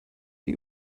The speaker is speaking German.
sie